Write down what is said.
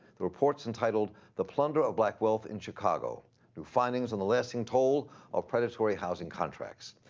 the report's entitled the plunder of black wealth in chicago new findings on the lasting toll of predatory housing contracts.